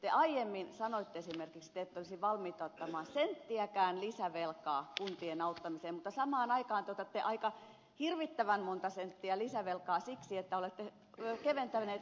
te aiemmin sanoitte esimerkiksi että te ette olisi valmiita ottamaan senttiäkään lisävelkaa kuntien auttamiseen mutta samaan aikaan te otatte aika hirvittävän monta senttiä lisävelkaa siksi että olette keventäneet hyväosaisten veroja